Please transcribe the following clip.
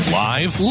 live